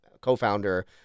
co-founder